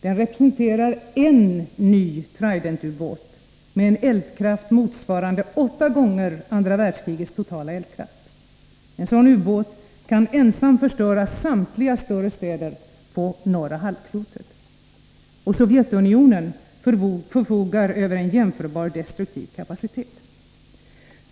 Den representerar en ny Tridentubåt med en eldkraft motsvarande åtta gånger andra världskrigets totala eldkraft. En sådan ubåt kan ensam förstöra samtliga större städer på norra halvklotet. Sovjetunionen förfogar över en jämförbar destruktiv kapacitet.